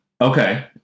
Okay